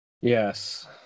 Yes